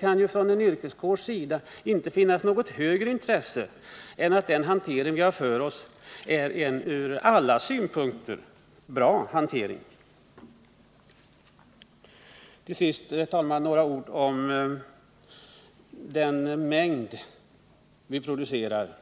kan det ju från yrkeskårens sida inte finnas något högre intresse än att vår hantering är bra ur alla synpunkter. Till sist, herr talman, några ord om den mängd vi producerar.